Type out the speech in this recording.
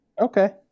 Okay